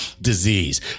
disease